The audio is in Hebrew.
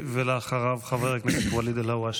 שנמקים כבר אלפי ימים